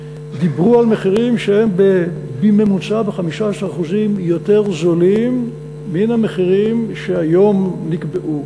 דיברו על מחירים שהם בממוצע ב-15% יותר זולים מן המחירים שהיום נקבעו.